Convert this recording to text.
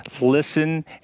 listen